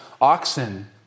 oxen